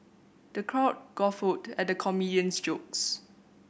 the crowd guffawed at the comedian's jokes